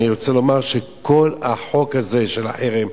אני רוצה לומר שכל החוק הזה של החרם,